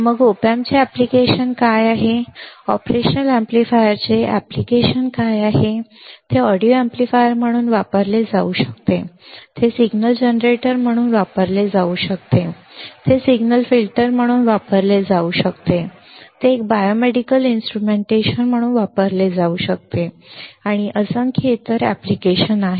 मग ऑप एम्प्सचे एप्लिकेशन काय आहेत ऑपरेशनल अॅम्प्लीफायरचे अनुप्रयोग काय आहेत ते ऑडिओ एम्पलीफायर म्हणून वापरले जाऊ शकते ते सिग्नल जनरेटर म्हणून वापरले जाऊ शकते ते सिग्नल फिल्टर म्हणून वापरले जाऊ शकते ते एक बायोमेडिकल इन्स्ट्रुमेंटेशन म्हणून वापरले जाऊ शकते आणि असंख्य इतर अनुप्रयोग आहेत